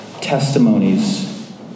testimonies